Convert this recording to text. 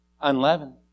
unleavened